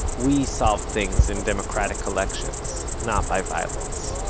we solved things in democratic elections, not by violence.